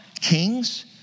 kings